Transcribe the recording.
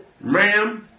Ma'am